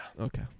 Okay